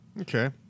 Okay